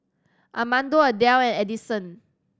Armando Adell and Addison